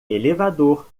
elevador